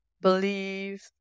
believe